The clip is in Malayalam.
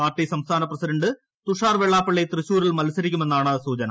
പാർട്ടി സംസ്ഥാന പ്രസിഡന്റ് തുഷാർ വെള്ളാപ്പള്ളി തൃശ്ശൂരിൽ മത്സരിക്കുമെന്നാണ് സൂചന